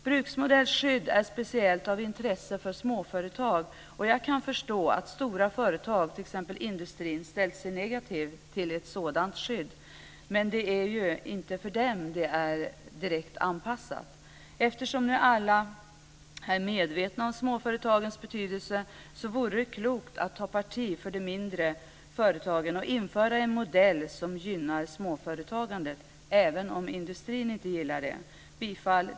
Bruksmodellskydd är speciellt av intresse för småföretag, och jag kan förstå att stora företag, t.ex. inom industrin, ställt sig negativa till ett sådant skydd, men det är ju inte för dem som det är anpassat. Vi är alla medvetna om småföretagens betydelse, och det vore klokt att ta parti för de mindre företagen och införa en modell som gynnar småföretagande, även om industrin inte gillar det.